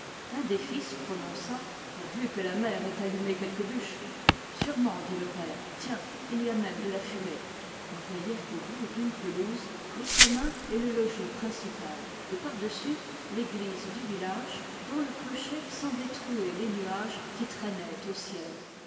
un des fils prononça pourvu que la mère ait allumé quelques bûches sûrement dit le père tiens il y a même de la fumée on voyait au bout d'une pelouse les communs et le logis principal et par-dessus l'église du village dont le clocher semblait trouer les nuages qui traînaient au ciel